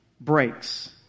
breaks